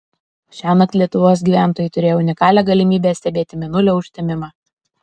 šiąnakt lietuvos gyventojai turėjo unikalią galimybę stebėti mėnulio užtemimą